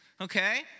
okay